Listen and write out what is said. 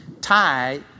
tie